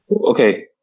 Okay